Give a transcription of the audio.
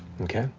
okay.